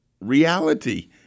reality